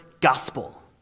gospel